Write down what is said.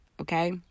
okay